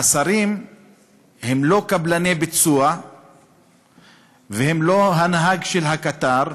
שהשרים הם לא קבלני ביצוע והם לא הנהג של הקטר,